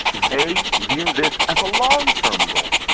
they view this as a long-term goal.